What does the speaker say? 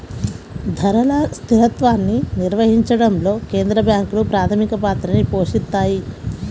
ధరల స్థిరత్వాన్ని నిర్వహించడంలో కేంద్ర బ్యాంకులు ప్రాథమిక పాత్రని పోషిత్తాయి